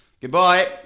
goodbye